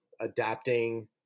adapting